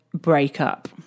breakup